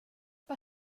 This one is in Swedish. var